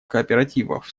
кооперативов